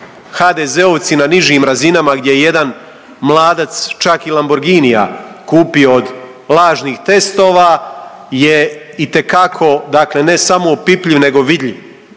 HDZ-ovci na nižim razinama gdje je jedan mladac čak i Lamborginija kupio od lažnih testova je itekako dakle ne samo opipljiv nego vidljiv.